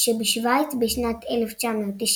שבשווייץ בשנת 1993,